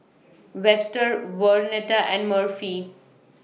Webster Vernetta and Murphy